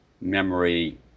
memory